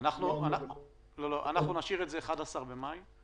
אנחנו נשאיר את התאריך הנקוב 11 במאי 2020